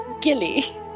Gilly